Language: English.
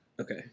Okay